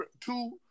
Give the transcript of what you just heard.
two